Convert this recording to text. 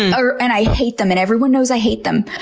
um and i hate them, and everyone knows i hate them.